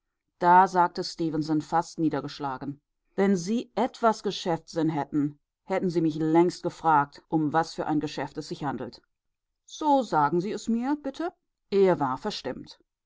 da sagte stefenson fast niedergeschlagen wenn sie etwas geschäftssinn hätten hätten sie mich längst gefragt um was für ein geschäft es sich handelt so sagen sie es mir bitte er war verstimmt